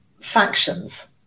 factions